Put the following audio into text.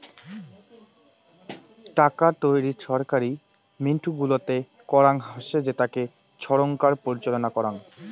টাকা তৈরী ছরকারি মিন্ট গুলাতে করাঙ হসে যেটাকে ছরকার পরিচালনা করাং